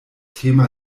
thema